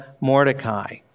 Mordecai